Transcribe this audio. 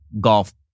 golf